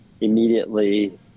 immediately